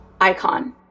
icon